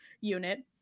unit